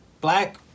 Black